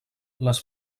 les